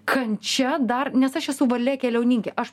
kančia dar nes aš esu varlė keliauninkė aš